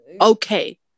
okay